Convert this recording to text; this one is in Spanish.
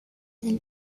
del